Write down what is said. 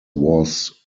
was